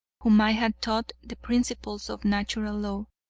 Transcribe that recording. whom i had taught the principles of natural law,